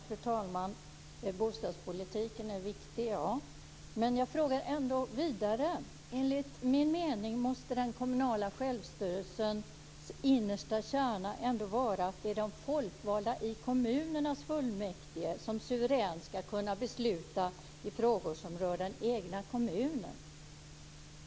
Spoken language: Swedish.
Fru talman! Bostadspolitiken är viktig, men jag vill ändå gå vidare i mina frågor. Enligt min mening måste den kommunala självstyrelsens innersta kärna ändå vara att det är de folkvalda i kommunernas fullmäktigeförsamlingar som suveränt ska kunna besluta i frågor som rör den egna kommunen.